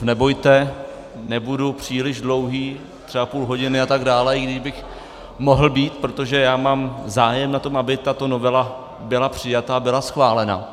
Nebojte, nebudu příliš dlouhý, třeba půl hodiny atd., i když bych mohl být, protože já mám zájem na tom, aby tato novela byla přijata a byla schválena.